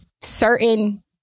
certain